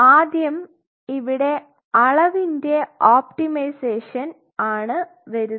ആദ്യം ഇവിടെ അളവിൻറെ ഒപ്റ്റിമൈസേഷൻ ആണ് വരുന്നത്